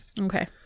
Okay